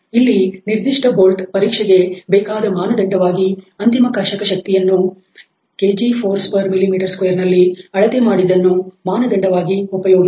ಇಲ್ಲಿ ನಿರ್ದಿಷ್ಟ ಬೋಲ್ಟ್ ಪರೀಕ್ಷೆಗೆ ಬೇಕಾದ ಮಾನದಂಡವಾಗಿ ಅಂತಿಮ ಕರ್ಷಕ ಶಕ್ತಿಯನ್ನು kgf mm2 ನಲ್ಲಿ ಅಳತೆ ಮಾಡಿದ್ದನ್ನು ಮಾನದಂಡವಾಗಿ ಉಪಯೋಗಿಸಿದೆ